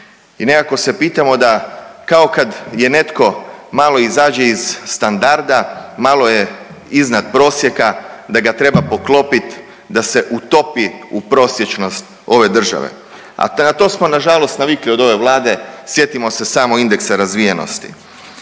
I nekako se pitamo da kao kad je netko malo izađe iz standarda, malo je iznad prosjeka da ga treba poklopit da se utopi u prosječnost ove države, a na to smo nažalost navikli od ove Vlade, sjetimo se samo indeksa razvijenosti.